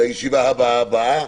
לישיבה הבאה באה,